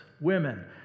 women